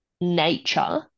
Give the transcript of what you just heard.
nature